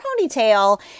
ponytail